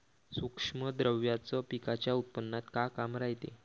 सूक्ष्म द्रव्याचं पिकाच्या उत्पन्नात का काम रायते?